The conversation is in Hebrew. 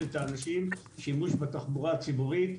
את האנשים לשימוש בתחבורה הציבורית,